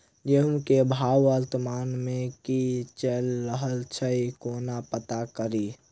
गेंहूँ केँ भाव वर्तमान मे की चैल रहल छै कोना पत्ता कड़ी?